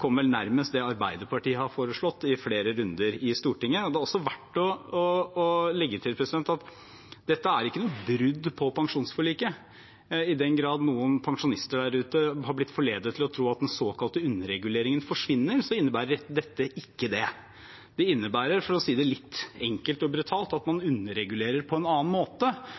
kommer vel nærmest det Arbeiderpartiet har foreslått i flere runder i Stortinget. Det er også verdt å legge til at dette ikke er noe brudd på pensjonsforliket. I den grad noen pensjonister der ute har blitt forledet til å tro at den såkalte underreguleringen forsvinner, så innebærer dette ikke det. Det innebærer, for å si det litt enkelt og brutalt, at man underregulerer på en annen måte,